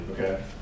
okay